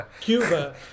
Cuba